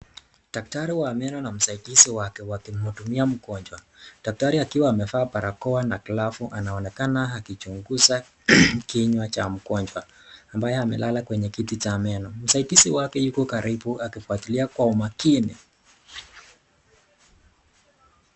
Daktari Wa Meno Na msaidizi wake wakimuhudumia mgonjwa, daktari akiwa amevaa barakoa na glavu anaonekana akichunguza kinywa cha mgonjwa ambaye amelala kwenye kitu cha meno, msaidizi wake yuko karibu akifwatilia kwa umakini.